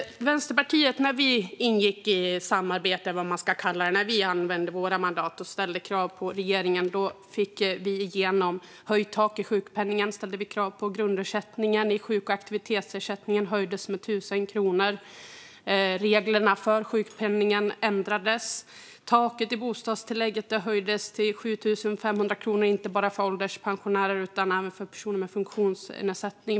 När vi i Vänsterpartiet ingick i samarbete - när vi använde våra mandat och ställde krav på regeringen - fick vi igenom höjt tak i sjukpenningen, grundersättningen i sjuk och aktivitetsersättningen höjdes med 1 000 kronor, reglerna för sjukpenningen ändrades och taket i bostadstillägget höjdes till 7 500 kronor, inte bara för ålderspensionärer utan även för personer med funktionsnedsättning.